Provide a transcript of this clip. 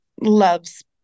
loves